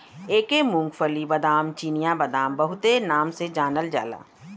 एके मूंग्फल्ली, बादाम, चिनिया बादाम बहुते नाम से जानल जाला